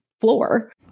floor